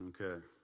Okay